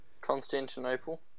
Constantinople